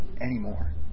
anymore